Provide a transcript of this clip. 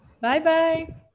Bye-bye